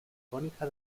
cónica